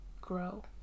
grow